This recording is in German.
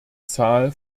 zahl